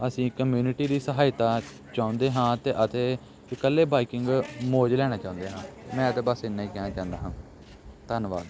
ਅਸੀਂ ਕਮਿਊਨਿਟੀ ਦੀ ਸਹਾਇਤਾ ਚਾਹੁੰਦੇ ਹਾਂ ਅਤੇ ਅਤੇ ਇਕੱਲੇ ਬਾਈਕਿੰਗ ਮੌਜ ਲੈਣਾ ਚਾਹੁੰਦੇ ਹਾਂ ਮੈਂ ਤਾਂ ਬਸ ਇੰਨਾ ਹੀ ਕਹਿਣਾ ਚਾਹੁੰਦਾ ਹਾਂ ਧੰਨਵਾਦ